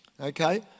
Okay